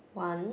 one